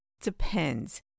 depends